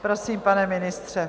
Prosím, pane ministře.